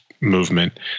movement